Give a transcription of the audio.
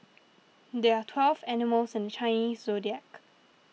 there are twelve animals in the Chinese zodiac